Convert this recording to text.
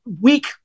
weak